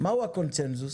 מהו הקונצנזוס?